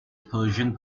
persian